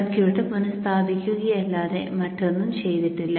circuit പുനഃസ്ഥാപിക്കുകയല്ലാതെ മറ്റൊന്നും ചെയ്തിട്ടില്ല